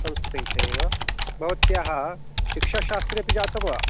संस्कृतविषये वा भवत्याः शिक्षाशास्त्री अपि जाता वा